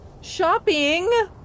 Shopping